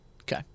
Okay